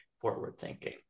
forward-thinking